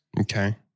Okay